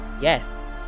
yes